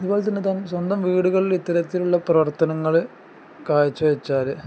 ഇതുപോലെ തന്നെ തന്നെ സ്വന്തം വീടുകളിൽ ഇത്തരത്തിലുള്ള പ്രവർത്തനങ്ങൾ കാഴ്ച്ച വെച്ചാൽ